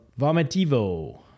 vomitivo